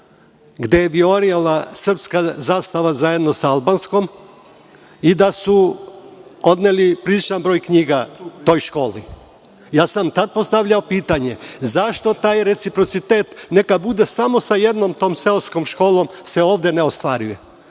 gde se vijorila srpska zastava zajedno sa albanskom i da su odneli priličan broj knjiga toj školi. Tada sam postavljao pitanje – zašto taj reciprocitet, neka bude samo sa jednom tom seoskom školom, se ovde ne ostvaruje?